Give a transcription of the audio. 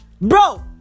Bro